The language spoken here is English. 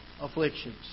afflictions